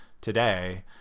today